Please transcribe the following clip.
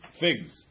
figs